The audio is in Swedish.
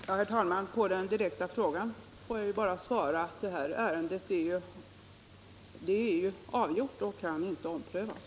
Herr talman! På den direkta frågan får jag bara svara, att det här ärendet är ju avgjort och kan inte omprövas.